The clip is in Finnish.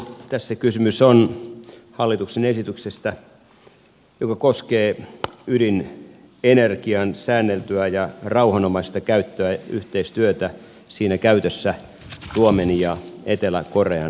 tässä kysymys on hallituksen esityksestä joka koskee ydinenergian säänneltyä ja rauhanomaista käyttöä yhteistyötä siinä käytössä suomen ja etelä korean välillä